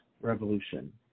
Revolution